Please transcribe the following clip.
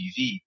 TV